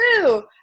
true